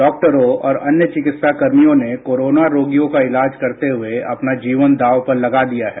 डॉक्टरों और अन्य चिकित्सा कर्मियों ने कोरोना रोगियों का इलाज करते हुए अपना जीवन दांव पर लगा दिया है